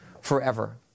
forever